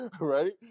Right